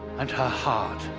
and her heart.